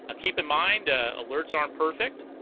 ah keep in mind ah alerts aren't perfect